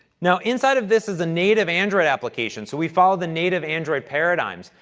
now, inside of this is a native android application, so, we follow the native android paradigms.